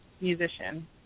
musician